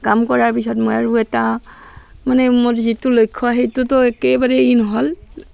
কাম কৰাৰ পিছত মই আৰু এটা মানে মোৰ যিটো লক্ষ্য সেইটোতো একেবাৰে ই নহ'ল